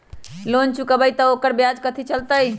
Loan चुकबई त ओकर ब्याज कथि चलतई?